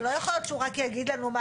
זה לא יכול להיות שהוא רק יגיד לנו מה